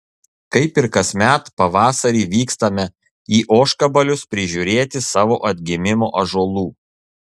kaip ir kasmet pavasarį vykstame į ožkabalius prižiūrėti savo atgimimo ąžuolų